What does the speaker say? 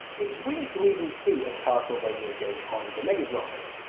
it's weird to even see a castlevania game on the mega drive.